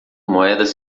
moedas